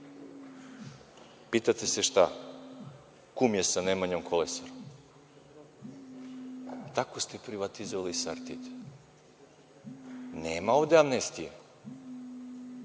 Pitate se šta? Kum je sa Nemanjom Kolaserom. Tako ste privatizovali „Sartid“. Nema ovde amnestije,